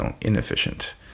inefficient